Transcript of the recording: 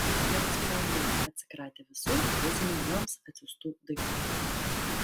jos paeiliui atsikratė visų fizinių joms atsiųstų daiktų